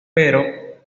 pero